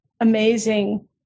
amazing